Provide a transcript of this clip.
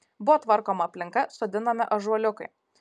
buvo tvarkoma aplinka sodinami ąžuoliukai